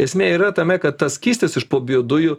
esmė yra tame kad tas skystis iš po biodujų